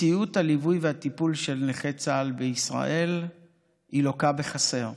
מציאות הליווי והטיפול בנכי צה"ל בישראל לוקה בחסר,